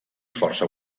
força